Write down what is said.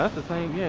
ah the same, yeah